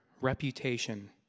reputation